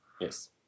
Yes